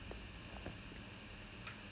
first this is the first year